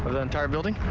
but the entire building.